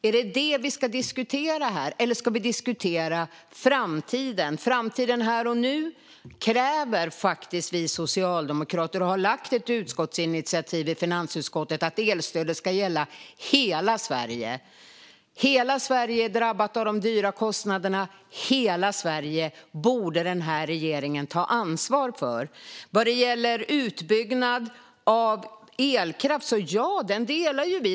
Är det detta vi ska diskutera här, eller ska vi diskutera framtiden? Här och nu kräver faktiskt vi socialdemokrater, och har lagt ett utskottsinitiativ i finansutskottet om det, att elstödet ska gälla hela Sverige. Hela Sverige är drabbat av de dyra kostnaderna, och därför borde regeringen ta ansvar för hela Sverige. Vad gäller utbyggnad av elkraft delar vi uppfattning.